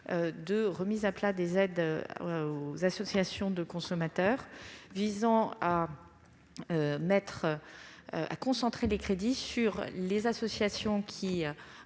-de remise à plat des aides aux associations de consommateurs visant à concentrer les crédits sur celles dont le